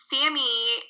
Sammy